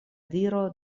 diro